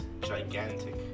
gigantic